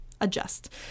adjust